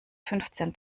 fünfzehn